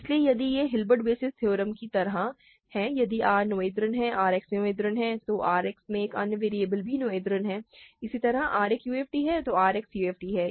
इसलिए यदि यह हिल्बर्ट बेसिस थ्योरम की तरह है यदि R नोथेरियन है R X नोथेरियन है तो R X एक अन्य वेरिएबल भी नोथेरियन है इसी तरह यदि R एक UFD है तो R X UFD है